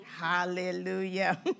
Hallelujah